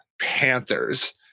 Panthers